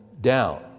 Down